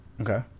Okay